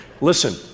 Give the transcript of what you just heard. Listen